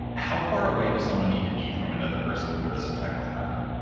how far away does someone need to be from another person for this effect to happen?